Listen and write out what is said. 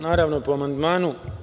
Naravno, po amandmanu.